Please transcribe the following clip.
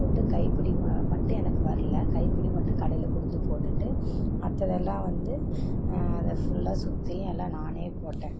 போட்டு கைப்பிடி ம மட்டும் எனக்கு வரல கைப்பிடி மட்டும் கடையில் கொடுத்து போட்டுகிட்டு மற்றதெல்லாம் வந்து அதை ஃபுல்லாக சுற்றியும் எல்லாம் நானே போட்டேன்